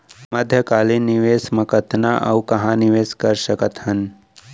मध्यकालीन निवेश म कतना अऊ कहाँ निवेश कर सकत हन?